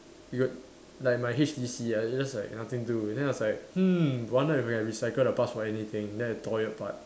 you got like my H_T_C ah it's just like nothing do then I was like hmm wonder if I can recycle the parts for anything then I tore it apart